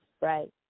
Right